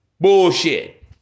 Bullshit